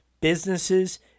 businesses